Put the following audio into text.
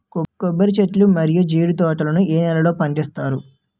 కొబ్బరి చెట్లు మరియు జీడీ తోట ఏ నేలల్లో పండిస్తారు?